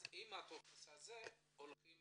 אז עם הטופס הזה הולכים